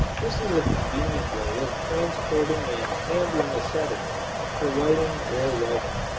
this is a convenient way of transporting and handling acetylene for lighting or welding.